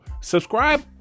subscribe